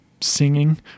singing